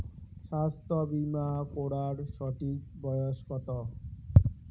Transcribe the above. স্বাস্থ্য বীমা করার সঠিক বয়স কত?